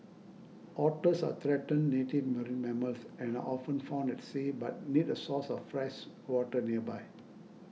otters are threatened native marine mammals and are often found at sea but need a source of fresh water nearby